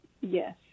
Yes